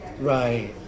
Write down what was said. Right